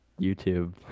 youtube